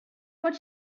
what